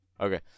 okay